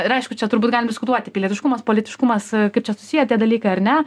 ir aišku čia turbūt galim diskutuoti pilietiškumas politiškumas kaip čia susiję tie dalykai ar ne